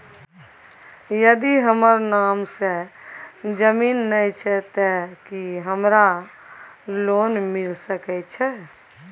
यदि हमर नाम से ज़मीन नय छै ते की हमरा लोन मिल सके छै?